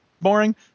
boring